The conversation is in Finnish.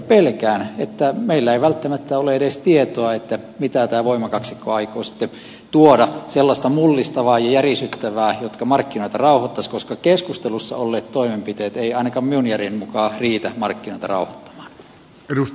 pelkään että meillä ei välttämättä ole edes tietoa mitä tämä voimakaksikko aikoo tuoda sellaista mullistavaa ja järisyttävää mikä markkinoita rauhoittaisi koska keskustelussa olleet toimenpiteet eivät ainakaan minun järkeni mukaan riitä markkinoita rauhoittamaan